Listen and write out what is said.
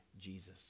Jesus